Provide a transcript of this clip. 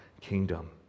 kingdom